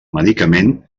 medicament